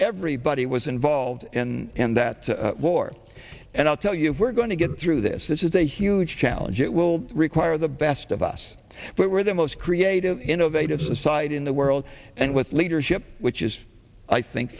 everybody was involved in and that war and i'll tell you if we're going to get through this this is a huge challenge it will require the best of us but we're the most creative innovative society in the world and with leadership which is i think